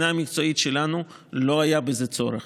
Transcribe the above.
שלנו לא היה בזה צורך,